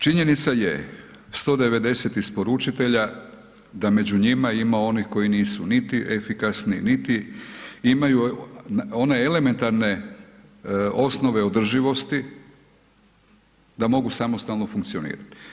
Činjenica je 190 isporučitelja da među njima ima onih koji nisu niti efikasni, niti imaju one elementarne osnove održivosti da mogu samostalno funkcionirati.